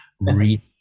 read